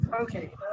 Okay